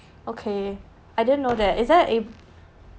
okay I didn't know that is that a